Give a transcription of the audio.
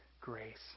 grace